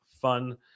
fun